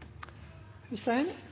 replikkordskifte.